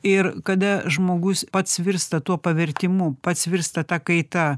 ir kada žmogus pats virsta tuo pavertimu pats virsta ta kaita